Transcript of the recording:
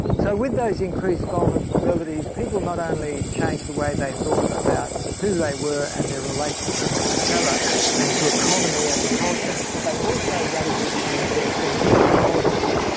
so with those increased vulnerabilities people not only changed the way they thought about who they were and their relationship to each other and to economy and to culture, but they also radically changed their sense of the cosmos,